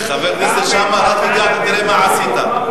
חבר הכנסת שאמה, תראה מה עשית,